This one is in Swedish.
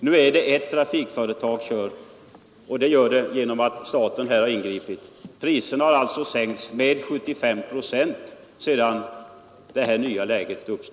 Genom statens ingripande kör nu bara ett trafikföretag. Priserna har därefter kunnat sänkas med 75 procent mellan Gotland och fastlandet.